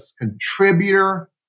contributor